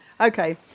Okay